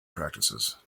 practices